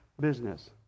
business